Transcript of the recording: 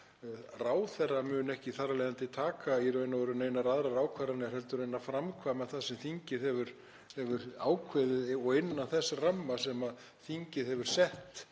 Ráðherra mun þar af leiðandi ekki taka í raun og veru neinar aðrar ákvarðanir heldur en að framkvæma það sem þingið hefur ákveðið og innan þess ramma sem þingið hefur sett